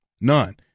None